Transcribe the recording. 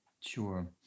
Sure